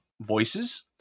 voices